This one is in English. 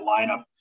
lineup